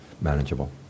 manageable